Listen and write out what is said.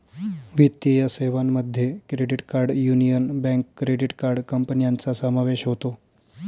वित्तीय सेवांमध्ये credit card Union Bank credit card कंपन्यांचा समावेश होतो